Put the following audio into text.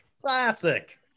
Classic